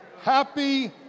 Happy